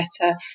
better